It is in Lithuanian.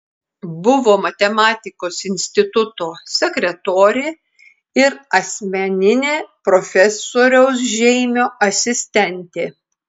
buvo matematikos instituto sekretorė ir asmeninė profesoriaus žeimio asistentė